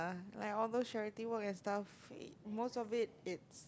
like all those charity work and stuff most of it it's